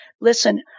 listen